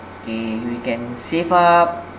okay we can save up